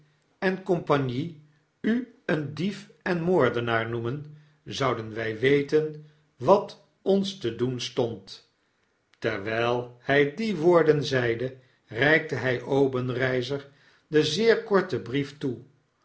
en compagnie u een dief en moordenaar noemden zouden wy weten wat ons te doen stond terwijl hy die woorden zeide reikte hy obenreizer den zeer korten brief toe